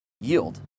yield